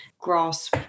grass